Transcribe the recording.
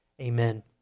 Amen